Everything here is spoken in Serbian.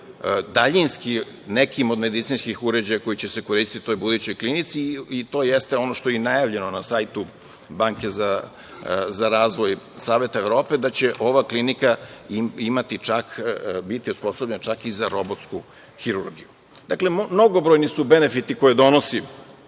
daljinski nekim od medicinskim uređajima koje će se koristiti u toj budućoj klinici, i to jeste ono što je i najavljeno na sajtu banke za razvoj Saveta Evrope, da će ova klinika biti osposobljena čak i za robotsku hirurgiju. Mnogobrojni su benefiti koje donosi